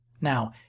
Now